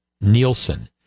Nielsen